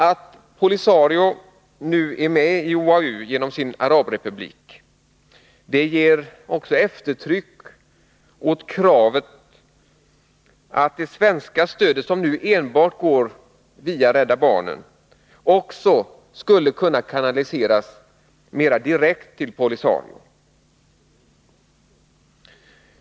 Att Polisario nu är med i OAU genom sin arabrepublik ger också eftertryck åt kravet att det svenska stödet, som nu enbart går via Rädda barnen, också skulle kunna kanaliseras mera direkt till Polisario.